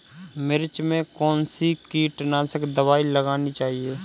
मिर्च में कौन सी कीटनाशक दबाई लगानी चाहिए?